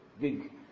big